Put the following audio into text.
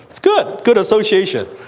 it's good! good association!